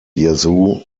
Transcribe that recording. yazoo